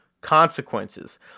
consequences